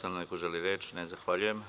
Da li neko želi reč? (Ne) Zahvaljujem.